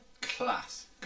class